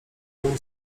był